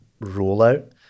rollout